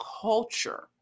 culture